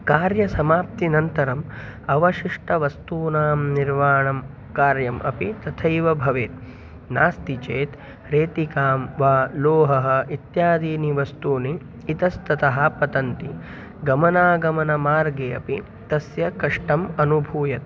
कार्यसमाप्त्यनन्तरम् अवशिष्टवस्तूनां निर्वाणं कार्यम् अपि तथैव भवेत् नास्ति चेत् रेतिकां वा लोहः इत्यादीनि वस्तूनि इतस्ततः पतन्ति गमनागमनमार्गे अपि तस्य कष्टम् अनुभूयते